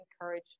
encourage